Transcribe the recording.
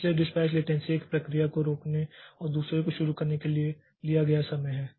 इसलिए dispatch latency एक प्रक्रिया को रोकने और दूसरे को शुरू करने के लिए लिया गया समय है